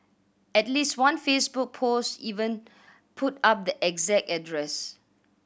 at least one Facebook post even put up the exact address